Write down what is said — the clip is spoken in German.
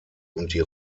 und